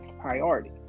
priority